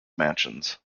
mansions